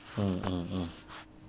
mm mm mm